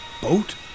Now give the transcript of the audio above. boat